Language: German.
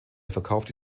verkaufte